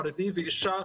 חרדי ואישה,